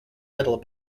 little